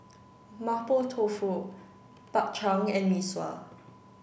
Mapo Tofu Bak Chang and Mee Sua